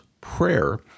prayer